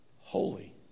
holy